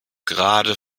gerade